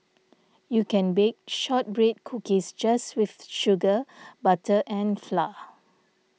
you can bake Shortbread Cookies just with sugar butter and flour